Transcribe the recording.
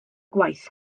gwaith